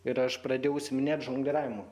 ir aš pradėjau užsiiminėt žongliravimu